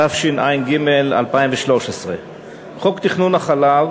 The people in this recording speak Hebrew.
התשע"ג 2013. חוק תכנון משק החלב,